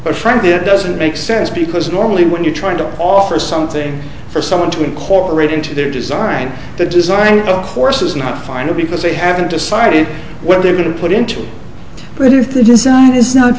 but frankly it doesn't make sense because normally when you're trying to offer something for someone to incorporate into their design the design of course is not final because they haven't decided whether they're going to put into it but if the design is not